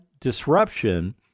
disruption